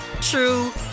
true